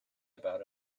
about